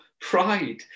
pride